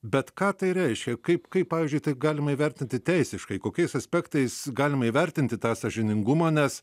bet ką tai reiškia kaip kaip pavyzdžiui tai galima įvertinti teisiškai kokiais aspektais galima įvertinti tą sąžiningumą nes